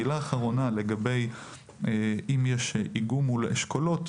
מילה אחרונה לגבי איגום אשכולות,